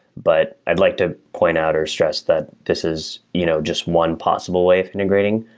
but i'd like to point out, or stress that this is you know just one possible way of integrating.